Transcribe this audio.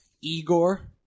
Igor